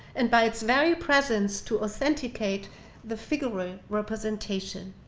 and by its very presence, to authenticate the figural representation.